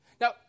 Now